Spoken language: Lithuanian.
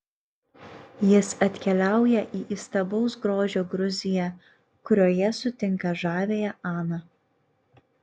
jis atkeliauja į įstabaus grožio gruziją kurioje sutinka žaviąją aną